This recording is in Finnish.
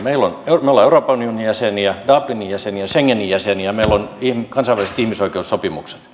me olemme euroopan unionin jäseniä dublinin jäseniä schengenin jäseniä meillä on kansainväliset ihmisoikeussopimukset